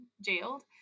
jailed